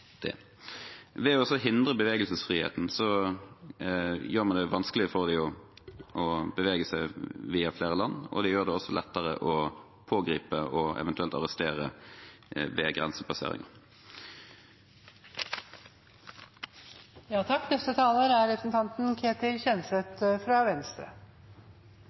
Ved å hindre bevegelsesfriheten gjør man det vanskelig for dem å bevege seg via flere land, og det gjør det også lettere å pågripe og eventuelt arrestere ved grensepasseringer. Jeg tar ordet mest av alt for å gi en stemmeforklaring. Venstre